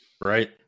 Right